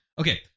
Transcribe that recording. Okay